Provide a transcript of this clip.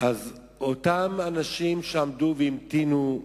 אותם אנשים שהמתינו,